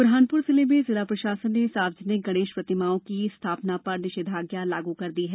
ब्रहानपुर जिले में जिला प्रशासन ने सार्वजनिक गणेश प्रतिमाओं की स्थापना पर निषेधाज्ञा लागू कर रोक लगा दी है